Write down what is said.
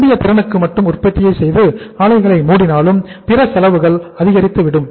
விரும்பிய திறனுக்கு மட்டும் உற்பத்தியை செய்து ஆலைகளை மூடினாலும் பிற செலவுகள் அதிகரித்துவிடும்